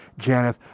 Janeth